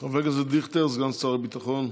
חבר הכנסת דיכטר, סגן שר הביטחון,